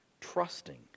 trusting